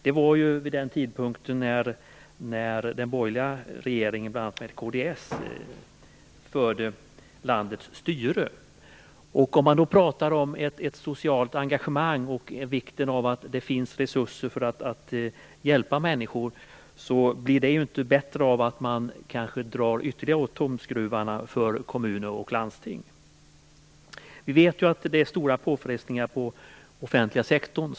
Det var ju vid den tidpunkten då den borgerliga regeringen, med bl.a. kds, förde landets styre. Det talas här om ett socialt engagemang och vikten av att det finns resurser för att hjälpa människor, men detta blir ju inte bättre av att vi ytterligare drar åt tumskruvarna för kommuner och landsting. Vi vet att den offentliga sektorn är utsatt för stora påfrestningar.